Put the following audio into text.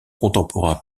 contemporain